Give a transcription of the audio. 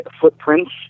footprints